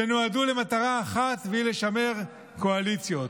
שנועדו למטרה אחת, והיא לשמר קואליציות.